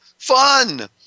Fun